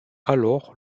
alors